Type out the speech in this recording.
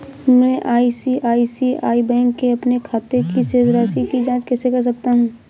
मैं आई.सी.आई.सी.आई बैंक के अपने खाते की शेष राशि की जाँच कैसे कर सकता हूँ?